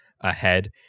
ahead